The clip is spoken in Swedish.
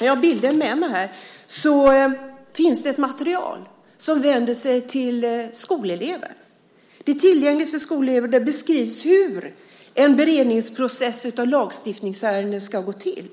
Jag har bilder med mig från regeringens hemsida. Där finns ett material som vänder sig till skolelever. Det är tillgängligt för skolelever och beskriver hur en beredningsprocess av lagstiftningsärenden ska gå till.